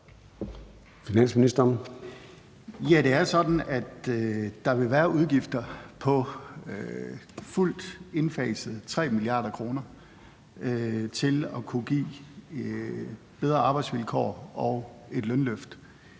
Finansministeren (Nicolai Wammen): Det er jo sådan, at der vil være udgifter, ved fuld indfasning, på 3 mia. kr. til at kunne give bedre arbejdsvilkår og et lønløft.